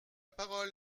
parole